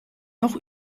noch